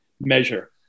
Measure